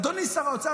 אדוני שר האוצר,